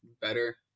better